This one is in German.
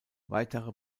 weitere